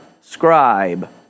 scribe